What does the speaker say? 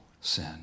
sin